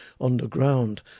underground